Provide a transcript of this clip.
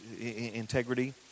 integrity